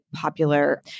popular